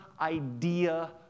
idea